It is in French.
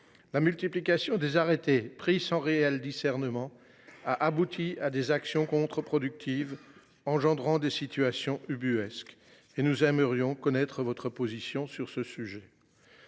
La multiplication des arrêtés, pris sans réel discernement, a abouti à des actions contre productives engendrant des situations ubuesques. Nous aimerions connaître votre position sur ce sujet.